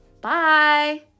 Bye